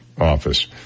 Office